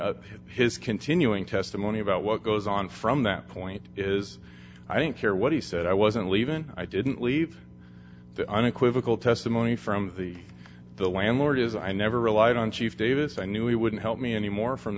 of his continuing testimony about what goes on from that point is i don't care what he said i wasn't leaving i didn't leave the unequivocal testimony from the the landlord is i never relied on chief davis i knew he wouldn't help me anymore from